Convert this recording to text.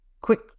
quick